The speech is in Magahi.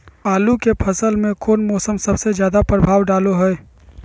आलू के फसल में कौन मौसम सबसे ज्यादा प्रभाव डालो हय?